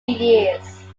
years